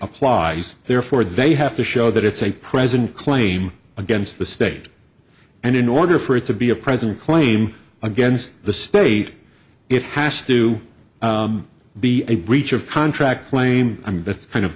applies therefore they have to show that it's a present claim against the state and in order for it to be a present claim against the state it has to be a breach of contract claim i mean that's kind of